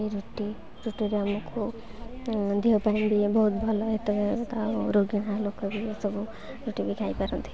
ରୁଟି ରୁଟିରେ ଆମକୁ ଦେହ ପାଇଁ ବି ବହୁତ ଭଲ ହିତକାରୀ ଆଉ ରୋଗୀଣା ଲୋକ ବି ଏସବୁ ରୁଟି ବି ଖାଇପାରନ୍ତି